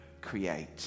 create